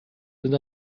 sind